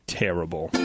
terrible